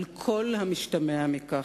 על כל המשתמע מכך: